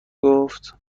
گفت